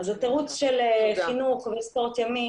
אם כן, התירוץ של חינוך וספורט ימי,